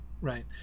right